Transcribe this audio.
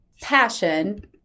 Passion